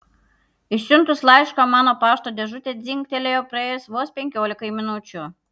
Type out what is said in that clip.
išsiuntus laišką mano pašto dėžutė dzingtelėjo praėjus vos penkiolikai minučių